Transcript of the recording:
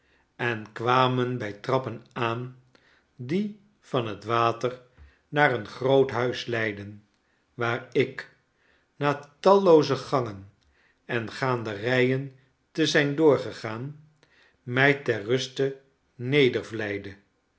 en kwamen bij trappen aan die van het water naar een groot huis leidden waar ik na tallooze gangen en gaanderijen te zijn doorgegaan mij ter ruste